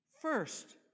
first